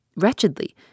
Wretchedly